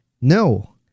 No